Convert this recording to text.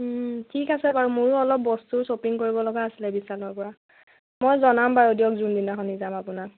ঠিক আছে বাৰু মোৰো অলপ বস্তু শ্বপিং কৰিব লগা আছিলে বিছালৰ পৰা মই জনাম বাৰু দিয়ক যোনদিনাখনি যাম আপোনাক